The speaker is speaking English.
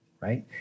right